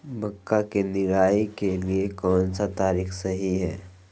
मक्का के निराई के लिए कौन सा तरीका सही है?